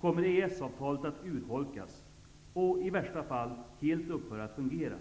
kommer EES avtalet att urholkas och, i värsta fall, helt upphöra att fungera.